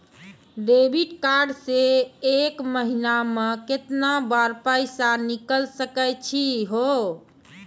Debit card से एक महीना मा केतना बार पैसा निकल सकै छि हो?